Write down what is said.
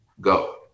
go